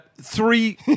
three